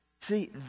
See